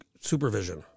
supervision